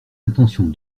intentions